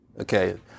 Okay